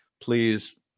Please